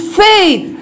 faith